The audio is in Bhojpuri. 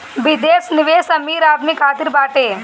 विदेश निवेश अमीर आदमी खातिर बाटे